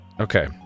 Okay